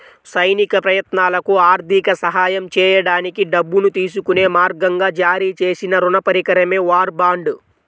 సైనిక ప్రయత్నాలకు ఆర్థిక సహాయం చేయడానికి డబ్బును తీసుకునే మార్గంగా జారీ చేసిన రుణ పరికరమే వార్ బాండ్